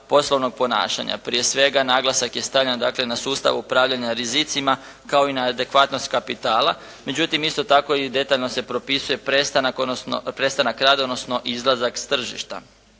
poslovnog ponašanja. Prije svega, naglasak je stavljen dakle na sustav upravljanja rizicima kao i na adekvatnost kapitala. Međutim, isto tako i detaljno se propisuje prestanak rada, odnosno izlazak s tržišta.